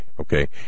okay